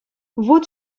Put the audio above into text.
вут